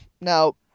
Now